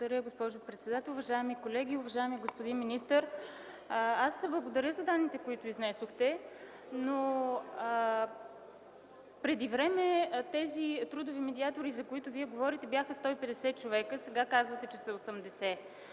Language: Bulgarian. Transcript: Благодаря, госпожо председател. Уважаеми колеги, уважаеми господин министър! Аз ще благодаря за данните, които изнесохте, но преди време тези трудови медиатори, за които Вие говорите, бяха 150 човека, а сега казвате, че са 80.